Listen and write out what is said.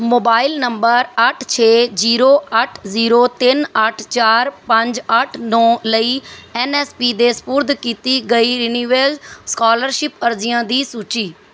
mobile number ਅੱਠ ਛੇ zero ਅੱਠ ਜ਼ੀਰੋ ਤਿੰਨ ਅੱਠ ਚਾਰ ਪੰਜ ਅੱਠ ਨੌਂ ਲਈ ਐਨ ਐਸ ਪੀ ਦੇ ਸਪੁਰਦ ਕੀਤੀ ਗਈ ਰਿਨਿਵੇਲ ਸਕਾਲਰਸ਼ਿਪ ਅਰਜ਼ੀਆਂ ਦੀ ਸੂਚੀ